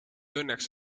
õnneks